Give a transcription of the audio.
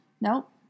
nope